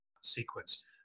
sequence